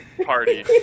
party